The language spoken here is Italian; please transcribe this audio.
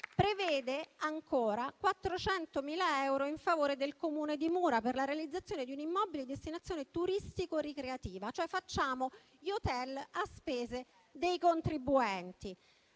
Prevede, ancora, 400.000 euro in favore del comune di Mura per la realizzazione di un immobile di destinazione turistico ricreativa: facciamo cioè gli hotel a spese dei contribuenti.